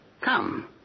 Come